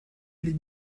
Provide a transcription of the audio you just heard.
les